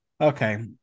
Okay